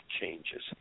changes